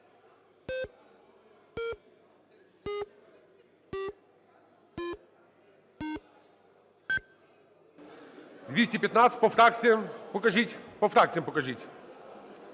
За-215 По фракціях покажіть.